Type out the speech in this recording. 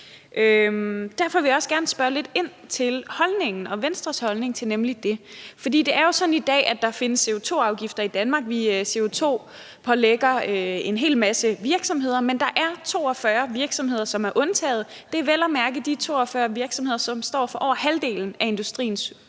derfor vil jeg også gerne spørge lidt ind til Venstres holdning til det. For det er jo sådan i dag, at der findes CO2-afgifter i Danmark, og vi pålægger en hel masse virksomheder CO2-afgifter, men der er 42 virksomheder, som er undtaget, og det er vel at mærke de 42 virksomheder, som står for over halvdelen af industriens udledning.